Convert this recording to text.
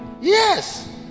yes